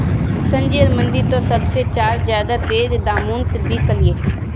संजयर मंडी त सब से चार ज्यादा तेज़ दामोंत बिकल्ये